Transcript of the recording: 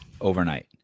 overnight